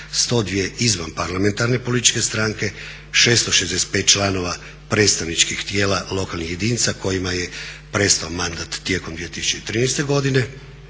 102 izvanparlamentarne političke stranke, 665 članova predstavničkih tijela lokalnih jedinica kojima je prestao mandat tijekom 2013. godine,